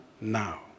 now